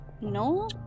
No